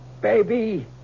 baby